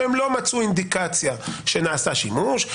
שהם לא מצאו אינדיקציה שנעשה שימוש,